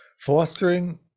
Fostering